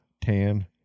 tan